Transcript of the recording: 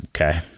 Okay